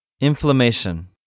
Inflammation